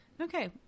Okay